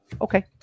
Okay